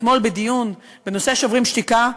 אתמול בדיון בנושא "שוברים שתיקה",